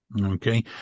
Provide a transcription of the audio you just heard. Okay